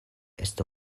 estu